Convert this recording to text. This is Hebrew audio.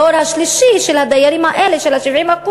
הדור השלישי של הדיירים האלה, של ה-70%,